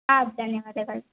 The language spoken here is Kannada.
ಹಾಂ ಧನ್ಯವಾದಗಳು